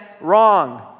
wrong